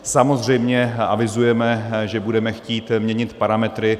Samozřejmě avizujeme, že budeme chtít měnit parametry.